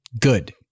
good